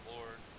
Lord